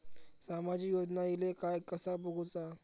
सामाजिक योजना इले काय कसा बघुचा?